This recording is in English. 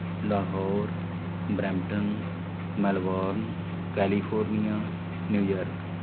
Lahore Brampton Melbourne California New York